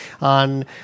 on